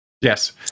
yes